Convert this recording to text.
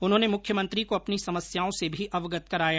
उन्होंने मुख्यमंत्री को अपनी समस्याओं से भी अवगत कराया